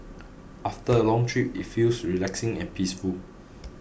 after a long trip it feels relaxing and peaceful